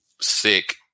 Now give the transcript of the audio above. Sick